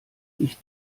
ich